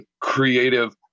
creative